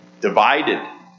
divided